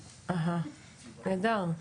נהדר.